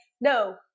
no